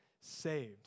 saved